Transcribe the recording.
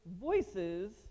voices